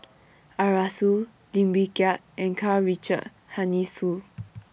Arasu Lim Wee Kiak and Karl Richard Hanitsch